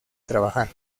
trabajar